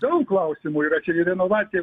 daug klausimų yra čia ir renovacija